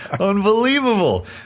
Unbelievable